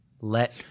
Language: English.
let